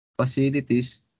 facilities